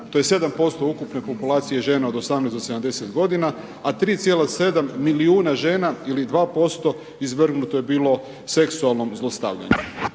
To je 7% ukupne populacije žena od 18 do 70 godina, a 3,7 milijuna žena ili 2% izvrgnuto je bilo seksualnom zlostavljanju.